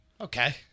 okay